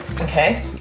Okay